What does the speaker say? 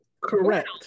Correct